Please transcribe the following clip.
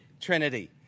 trinity